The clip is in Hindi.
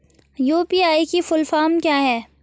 यु.पी.आई की फुल फॉर्म क्या है?